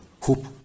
hope